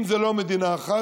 אם זו לא מדינה אחת,